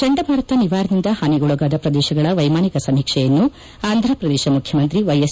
ಜಂಡಮಾರುತ ನಿವಾರ್ನಿಂದ ಪಾನಿಗೊಳಗಾದ ಪ್ರದೇಶಗಳ ವೈಮಾನಿಕ ಸಮೀಕ್ಷೆಯನ್ನು ಅಂಧಪ್ರದೇಶ ಮುಖ್ಯಮಂತ್ರಿ ವೈಎಸ್